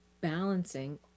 balancing